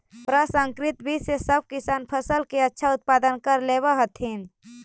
प्रसंकरित बीज से सब किसान फसल के अच्छा उत्पादन कर लेवऽ हथिन